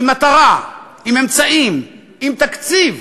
עם מטרה, עם אמצעים, עם תקציב,